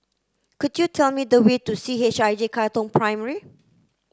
could you tell me the way to C H I J Katong Primary